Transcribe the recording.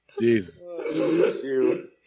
Jesus